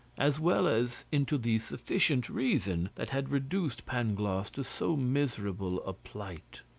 as well as into the sufficient reason that had reduced pangloss to so miserable a plight.